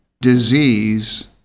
disease